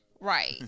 right